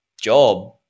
job